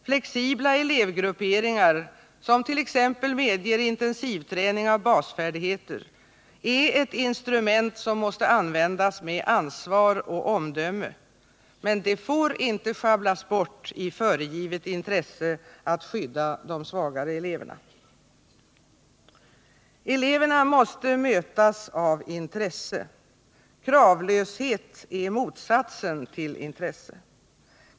Flexibla elevgrupperingar, som t.ex. medger intensivträning av basfärdigheter, är ett instrument som måste användas med ansvar och omdöme, men det får inte schabblas bort i föregivet intresse att skydda de svagare eleverna. Eleverna måste mötas av intresse. Kravlöshet är motsatsen till intresse.